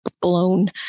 blown